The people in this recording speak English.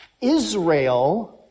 Israel